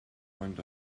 went